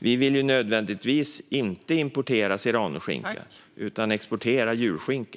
Vi vill inte nödvändigtvis importera serranoskinka, utan vi vill exportera julskinka.